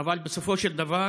אבל בסופו של דבר